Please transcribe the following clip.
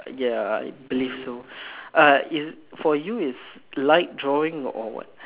uh ya I believe so uh for you is light drawing or what